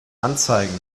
anzeigen